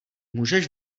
můžeš